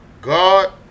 God